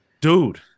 Dude